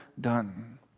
done